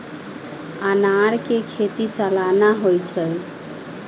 अनारकें खेति सलाना होइ छइ